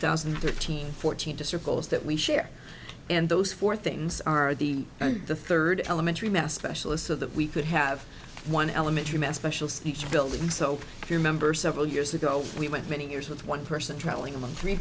thousand and thirteen fourteen to circles that we share and those four things are the and the third elementary math specialist so that we could have one elementary math specialist each building so if you remember several years ago we went many years with one person travelling among three